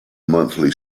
monthly